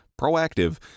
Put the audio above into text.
proactive